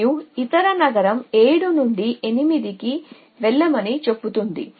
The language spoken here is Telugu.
మరియు ఇతర నగరం 7 నుండి 8 కి వెళ్ళమని చెబుతుంది